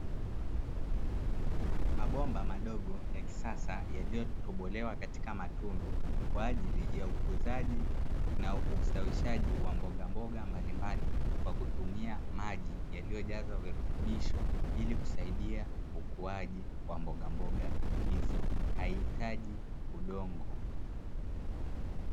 Mabomba madogo ya kisasa yaliyotobolewa katika matundu kwa ajili ya ukuzaji na ustawishaji wa mbogamboga mbalimbali kwa kutumia maji yaliyojazwa virutubisho, ili kusaidia ukuaji wa mbogamboga hizo, haihitaji udongo.